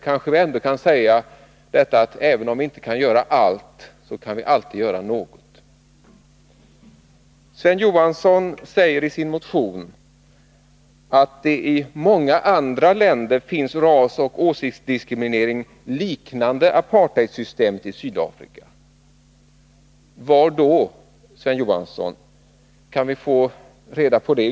Men även om vi inte kan göra allt, kan vi alltid göra något. Sven Johansson säger i sin motion att det i många andra länder finns rasoch åsiktsdiskriminering liknande apartheidsystemet i Sydafrika. Var då, Sven Johansson? Kan vi få reda på det?